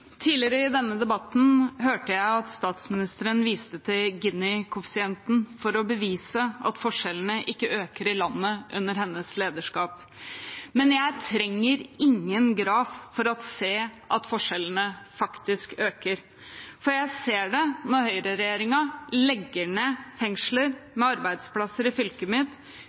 Tidligere i denne debatten hørte jeg at statsministeren viste til Gini-koeffisienten for å bevise at forskjellene ikke øker i landet under hennes lederskap. Men jeg trenger ingen graf for å se at forskjellene faktisk øker. Jeg ser det når høyreregjeringen legger ned fengsler med arbeidsplasser i